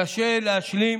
קשה להשלים